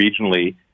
regionally